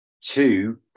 two